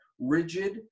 rigid